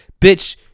Bitch